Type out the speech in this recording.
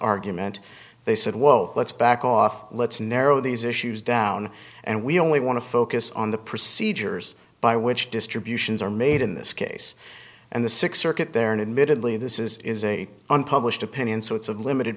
argument they said whoa let's back off let's narrow these issues down and we only want to focus on the procedures by which distributions are made in this case and the six circuit there and admittedly this is a unpublished opinion so it's of limited